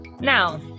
Now